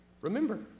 Remember